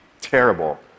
terrible